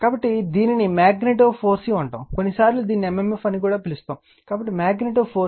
కాబట్టి దీనిని magnetomotive force అంటారు కొన్నిసార్లు దీనిని mmf అని పిలుస్తారు కాబట్టి మాగ్నెటోమోటివ్ ఫోర్స్